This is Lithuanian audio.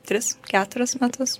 tris keturis metus